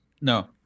No